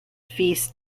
feast